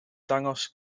dangos